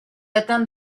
atteinte